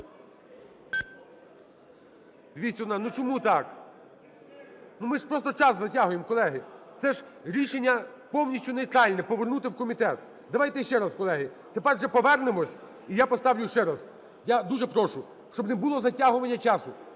За-211 Ну, чому так? Ну, ми ж просто час затягуємо. Це ж рішення повністю нейтральне – повернути в комітет. Давайте іще раз, колеги, тепер вже повернемось, і я поставлю ще раз. Я дуже прошу, щоб не було затягування часу.